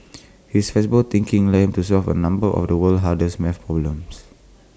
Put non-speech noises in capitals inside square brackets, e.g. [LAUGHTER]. [NOISE] his flexible thinking led him to solve A number of the world's hardest math problems